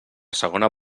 segona